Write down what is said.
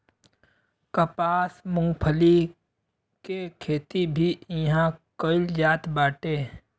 कपास, मूंगफली के खेती भी इहां कईल जात बाटे